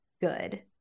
good